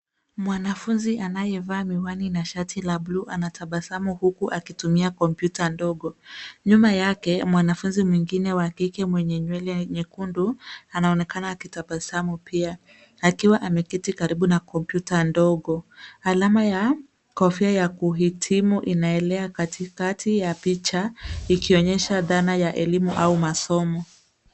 Mwanafunzi anayevaa miwani na shati la blue anatabasamu huku akitumia kompyuta ndogo. Nyuma yake mwanafunzi mwingine wa kike mwenye nywele nyekundu anaonekana akitabasamu pia akiwa ameketi karibu na kompyuta ndogo. Alama ya kofia ya kuhitimu inaelea katikati ya picha ikionyesha dhana ya elimu ama masomo.